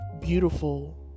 beautiful